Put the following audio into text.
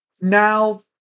now